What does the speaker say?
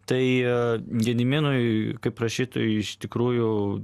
tai gediminui kaip rašytojui iš tikrųjų